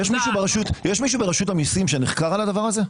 יש מישהו מרשות המיסים שנחקר על זה?